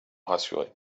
rassuré